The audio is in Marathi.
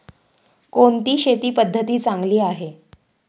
कोणती शेती पद्धती चांगली आहे?